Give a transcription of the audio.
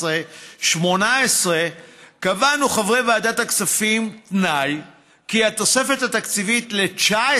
2018 קבענו חברי ועדת הכספים תנאי שהתוספת התקציבית ל-2019